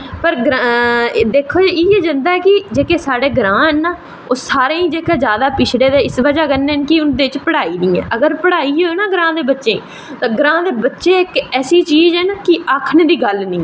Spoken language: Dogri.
पर दिक्खेआ इयां जंदा ऐ कि जेह्ड़े साढ़े ग्रांऽ नै ना ओह् सारे पिछड़े दे इस बजाह् कन्नै न कि उंदे च पढ़ाई नी ऐ अगर पढ़ाई होऐ ना ग्रांऽ दे बच्चें गी कि ग्रांऽ दे बच्चे इक ऐसी चीज न कि आक्खने दी गल्ल नी